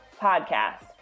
podcast